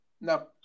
No